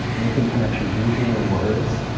making connections using your words.